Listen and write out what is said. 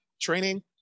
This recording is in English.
training